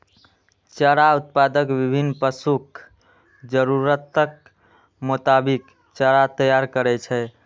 चारा उत्पादक विभिन्न पशुक जरूरतक मोताबिक चारा तैयार करै छै